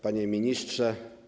Panie Ministrze!